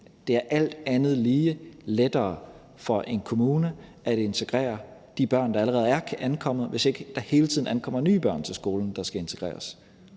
Det er alt andet lige lettere for en kommune at integrere de børn, der allerede er ankommet, hvis ikke der hele tiden kommer nye børn til skolen, der skal integreres.